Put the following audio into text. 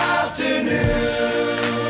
afternoon